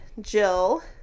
Jill